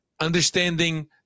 understanding